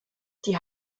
die